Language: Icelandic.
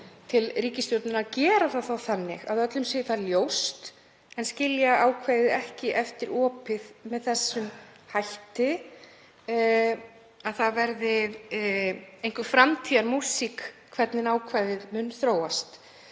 til ríkisstjórnarinnar að gera það þá þannig að öllum sé það ljóst en skilja ákvæðið ekki eftir opið með þeim hætti að það verði einhver framtíðarmúsík hvernig ákvæðið mun þróast,